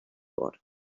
bord